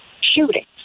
shooting